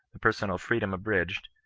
the per sonal freedom abridged,